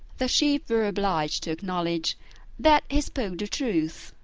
the sheep were obliged to acknowledge that he spoke the truth,